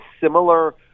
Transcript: similar